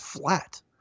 Flat